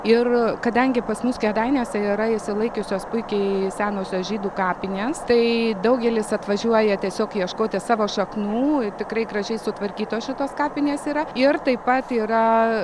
ir kadangi pas mus kėdainiuose yra išsilaikiusios puikiai senosios žydų kapinės tai daugelis atvažiuoja tiesiog ieškoti savo šaknų ir tikrai gražiai sutvarkytos šitos kapinės yra ir taip pat yra